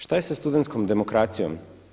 Šta je sa studentskom demokracijom?